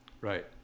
Right